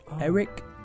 Eric